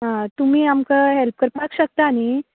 आं तुमी आमकां हेल्प करपा शकता न्ही